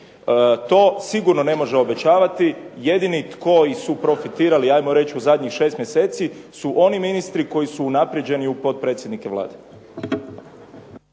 To sigurno ne može obećavati. Jedini koji su profitirali hajmo reći u zadnjih 6 mjeseci su oni ministri koji su unaprijeđeni u potpredsjednike Vlade.